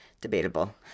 debatable